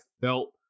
felt